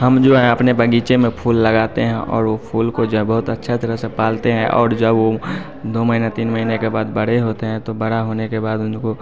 हम जो हैं अपने बग़ीचे में फूल लगाते हैं और वो फूल को जब बहुत अच्छी तरह से पालते हैं और जब वो दो महिना तीन महिने के बाद बड़े होते हैं तो बड़ा होने के बाद उनको